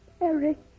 Eric